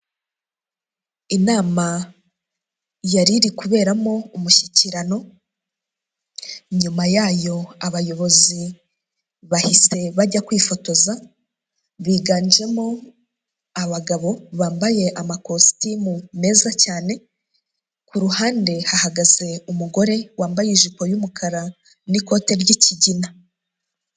Inama yariri kuberamo umushyikirano, nyuma yayo abayobozi bahise bajya kwifotoza biganjemo abagabo bambaye amakositimu meza cyane ku ruhande hahagaze umugore wambaye ijipo y'umukara n'ikote ry'ikigina.